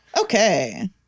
Okay